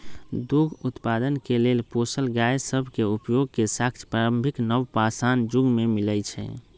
दूध उत्पादन के लेल पोसल गाय सभ के उपयोग के साक्ष्य प्रारंभिक नवपाषाण जुग में मिलइ छै